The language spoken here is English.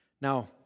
Now